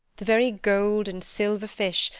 the very gold and silver fish,